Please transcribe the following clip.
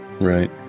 right